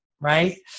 right